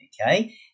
okay